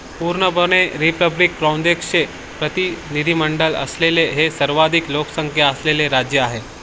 पूर्णपणे रिपब्लिक प्रतिनिधी मंडळ असलेले हे सर्वाधिक लोकसंख्या असलेले राज्य आहे